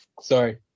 Sorry